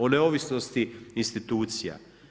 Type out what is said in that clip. O neovisnosti institucija?